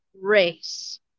race